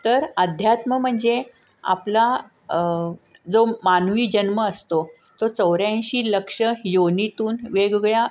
तर अध्यात्म म्हणजे आपला जो मानवी जन्म असतो तो चौऱ्यांशी लक्ष योनीतून वेगवेगळ्या